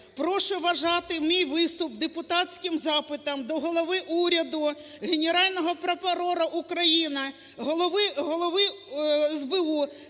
Прошу вважати мій виступ депутатським запитом до голови уряду, Генерального прокурора України, Голови СБУ,